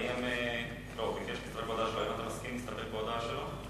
האם אתה מסכים להסתפק בהודעה שלו?